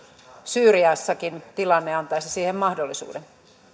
syyriassakin tilanne antaisi siihen mahdollisuuden